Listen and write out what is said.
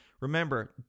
Remember